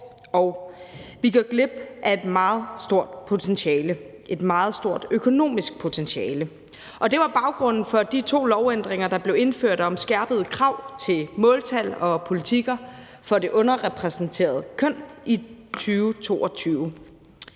og vi går glip af et meget stort potentiale, et meget stort økonomisk potentiale. Det var baggrunden for de to lovændringer, der blev indført, om skærpede krav til måltal og politikker for det underrepræsenterede køn i 2022.